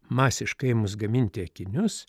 masiškai ėmus gaminti akinius